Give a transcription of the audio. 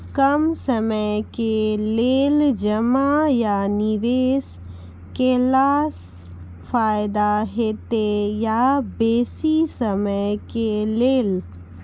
कम समय के लेल जमा या निवेश केलासॅ फायदा हेते या बेसी समय के लेल?